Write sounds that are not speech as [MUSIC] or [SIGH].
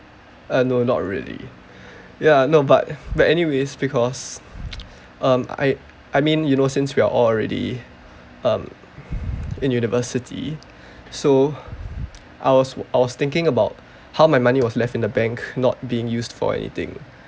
uh no not really ya no but but anyways because [NOISE] um I I mean you know since we are all already um in university so I was I was thinking about how my money was left in the bank not being used for anything